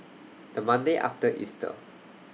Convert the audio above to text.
The Monday after Easter